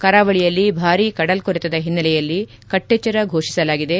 ಕರಾವಳಿಯಲ್ಲಿ ಭಾರಿ ಕಡಲ್ಕೊರೆತದ ಹಿನ್ನೆಲೆಯಲ್ಲಿ ಕಟ್ಟೆಚ್ಚರ ಫೋಷಿಸಲಾಗಿದೆ